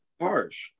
harsh